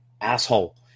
asshole